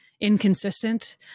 inconsistent